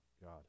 God